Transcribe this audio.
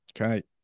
Okay